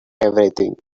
everything